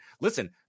listen